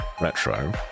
Retro